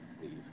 leave